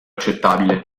accettabile